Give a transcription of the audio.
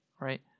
right